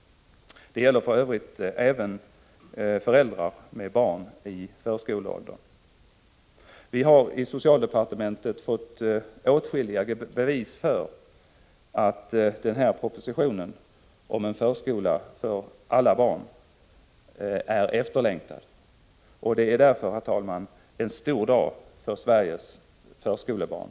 Det gäller för övrigt även föräldrar med barn i förskoleåldern. Vi har i socialdepartementet fått åtskilliga bevis för att den här propositionen om en förskola för alla barn är efterlängtad. Denna dag är därför, herr talman, en stor dag för Sveriges förskolebarn.